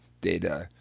data